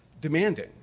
Demanding